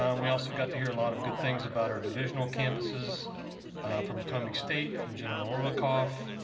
um we also got to hear a lot of good things about our divisional campuses from potomac state from jennifer orlikoff.